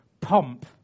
pomp